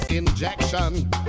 injection